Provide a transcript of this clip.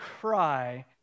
cry